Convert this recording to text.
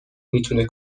نمیتونه